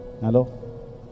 Hello